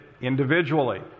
individually